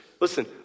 listen